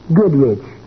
Goodrich